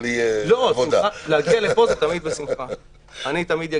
אבל תהיה עבודה -- להגיע לפה זה תמיד בשמחה.